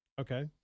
Okay